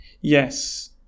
Yes